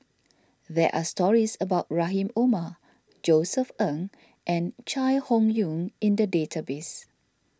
there are stories about Rahim Omar Josef Ng and Chai Hon Yoong in the database